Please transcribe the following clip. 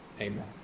Amen